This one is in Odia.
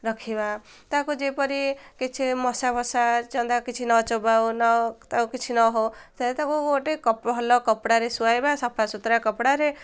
ରଖିବା ତାକୁ ଯେପରି କିଛି ମଶା ଫସା ଜନ୍ଦା କିଛି ନ ଚବାଉ ନ ତାକୁ କିଛି ନ ହଉ ସେଲେ ତାକୁ ଗୋଟେ ଭଲ କପଡ଼ାରେ ଶୁଆଇବା ସଫା ସୁୁତୁରା କପଡ଼ାରେ